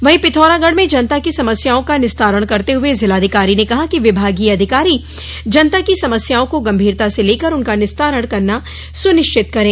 वहीं पिथौरागढ़ में जनता की समस्याओं का निस्तारण करते हुए जिलाधिकारी ने कहा कि विभागीय अधिकारी जनता की समस्याओं को गम्भीरता से लेकर उनका निस्तारण करना सुनिश्चित करें